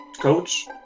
coach